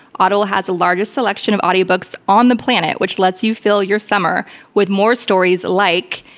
audible has the largest selection of audiobooks on the planet, which lets you fill your summer with more stories like.